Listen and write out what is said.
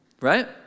Right